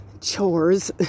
chores